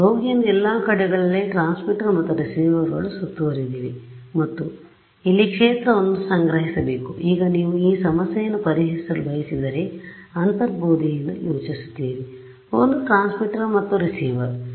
ಆದ್ದರಿಂದ ರೋಗಿಯನ್ನು ಎಲ್ಲಾ ಕಡೆಗಳಲ್ಲಿ ಟ್ರಾನ್ಸ್ಮಿಟರ್ ಮತ್ತು ರಿಸೀವರ್ಗಳು ಸುತ್ತುವರೆದಿವೆ ಮತ್ತು ಇಲ್ಲಿ ಕ್ಷೇತ್ರವನ್ನು ಸಂಗ್ರಹಿಸಬೇಕು ಈಗ ನೀವು ಈ ಸಮಸ್ಯೆಯನ್ನು ಪರಿಹರಿಸಲು ಬಯಸಿದರೆ ನೀವು ಅಂತರ್ಬೋಧೆಯಿಂದ ಯೋಚಿಸುತ್ತೀರಿಒಂದು ಟ್ರಾನ್ಸ್ಮಿಟರ್ ಮತ್ತು ರಿಸೀವರ್